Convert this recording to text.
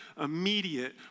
immediate